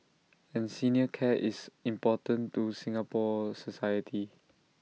and senior care is important to Singapore society